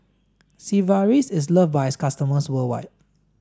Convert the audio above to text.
Sigvaris is loved by its customers worldwide